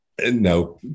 no